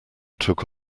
took